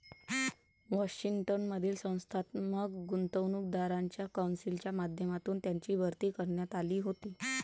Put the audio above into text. Washington मधील संस्थात्मक गुंतवणूकदारांच्या कौन्सिलच्या माध्यमातून त्यांची भरती करण्यात आली होती